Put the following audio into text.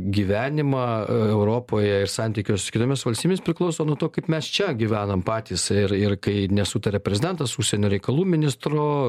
gyvenimą europoje ir santykius kitomis valstybėmis priklauso nuo to kaip mes čia gyvenam patys ir ir kai nesutaria prezidentas su užsienio reikalų ministru